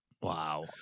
Wow